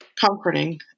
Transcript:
comforting